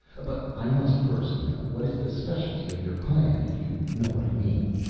but i must first know what is the specialty of your clan, if you know what i mean.